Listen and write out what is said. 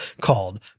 called